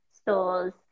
stores